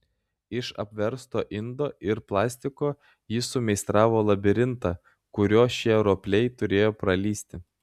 iš apversto indo ir plastiko jis sumeistravo labirintą kuriuo šie ropliai turėjo pralįsti